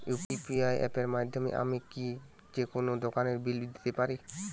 UPI অ্যাপের মাধ্যমে আমি কি যেকোনো দোকানের বিল দিতে পারবো?